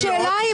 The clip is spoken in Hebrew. לא לשאלה שלך.